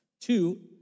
Two